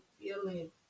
feeling